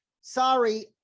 sorry